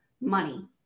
money